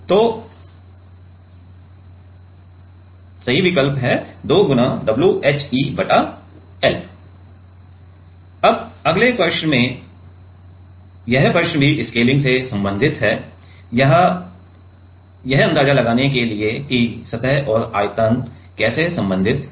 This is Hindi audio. तो अगले प्रश्न में भी स्केलिंग से संबंधित है या यह अंदाजा लगाने के लिए कि सतह और आयतन कैसे संबंधित है